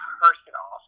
personal